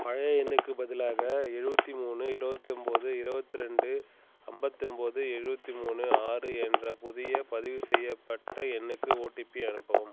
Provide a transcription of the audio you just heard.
பழைய எண்ணுக்குப் பதிலாக எழுபத்தி மூணு இருபத்தி ஒம்போது இருபத்து ரெண்டு அம்பத்தி ஒம்போது எழுபத்தி மூணு ஆறு என்ற புதிய பதிவுசெய்யப்பட்ட எண்ணுக்கு ஓடிபி அனுப்பவும்